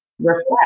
reflect